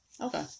Okay